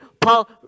Paul